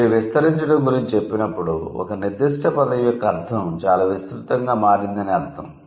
మీరు విస్తరించడం గురించి చెప్పినప్పుడు ఒక నిర్దిష్ట పదం యొక్క అర్ధం చాలా విస్తృతంగా మారింది అని అర్ధం